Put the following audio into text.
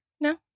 No